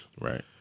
Right